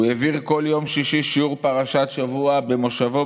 הוא העביר בכל יום שישי שיעור פרשת שבוע במושבו,